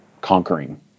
conquering